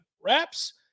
wraps